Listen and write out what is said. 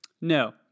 No